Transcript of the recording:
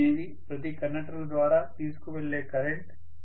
i అనేది ప్రతి కండక్టర్ల ద్వారా తీసుకువెళ్ళే కరెంట్